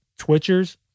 Twitchers